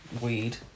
weed